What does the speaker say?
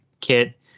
kit